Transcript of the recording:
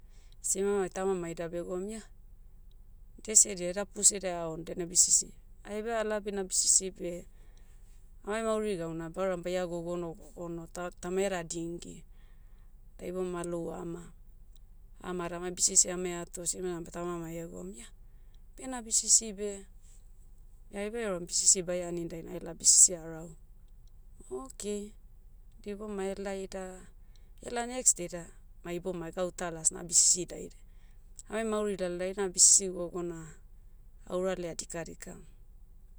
Sinamai tamamai da begoum ia, dia sedia eda puse deaon daina bisisi. Aibe ala bina bisisi beh, amai mauri gauna beh auram baia gogo no gogo no ta- ta maeda dingi. Da ibouma alou ama. Ama da amai bisisi ame ato simena beh tamamai egoum ia, bena bisisi beh. aibe auram bisisi baia ani dainai aila bisisi arau. Okay, bibomai helai da, ela nexdei da, ma iboumai gauta las na bisisi daid. Amai mauri lalde aina bisisi gogo na, aura laia dikadikam.